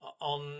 on